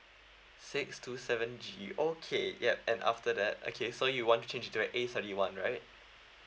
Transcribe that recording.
six to seven G okay ya and after that okay so you want to change to A thirty one right